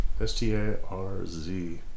S-T-A-R-Z